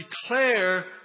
declare